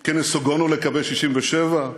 כי נסוגונו לקווי 67'?